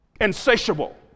Insatiable